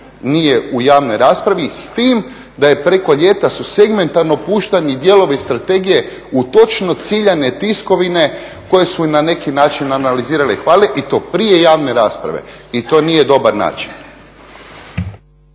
nije u javnoj raspravi s tim da je preko ljeta su segmentarno puštani dijelovi strategije u točno ciljane tiskovine koje su na neki način analizirale i hvalile i to prije javne rasprave. I to nije dobar način.